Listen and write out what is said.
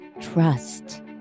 Trust